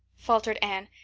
faltered anne,